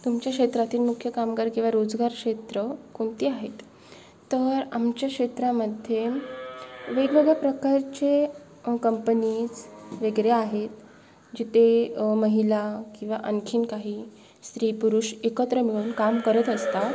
तुमच्या क्षेत्रातील मुख्य कामगार किंवा रोजगार क्षेत्र कोणती आहेत तर आमच्या क्षेत्रामध्ये वेगवेगळ्या प्रकारचे कंपनीज वगैरे आहेत जिथे महिला किंवा आणखी काही स्री पुरुष एकत्र मिळून काम करत असतात